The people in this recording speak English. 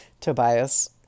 tobias